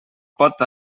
pot